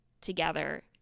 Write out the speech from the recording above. together